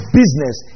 business